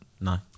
No